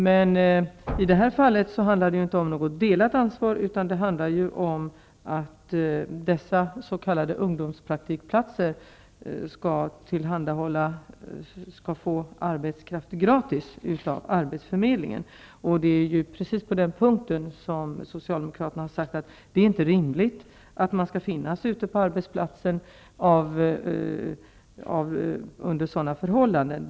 Men i det här fallet handlar det inte om något delat ansvar, utan det handlar ju om att de som tillhandahåller dessa s.k. ungdomspraktikplatser skall få arbetskraft gratis av arbetsförmedlingen. Det är precis på den punkten som socialdemokraterna har sagt att det är inte rimligt att man skall finnas ute på arbetsplatsen under sådana förhållanden.